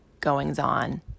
goings-on